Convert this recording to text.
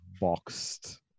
boxed